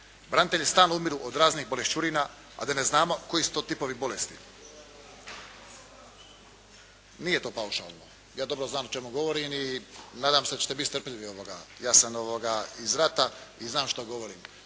Branitelji stalno umiru od raznih bolešćurina a da ne znamo koji su to tipovi bolesti. … /Upadica se ne razumije./ … Nije to paušalno. Ja dobro znam o čemu govorim i nadam se da ćete biti strpljivi. Ja sam iz rata i znam što govorim.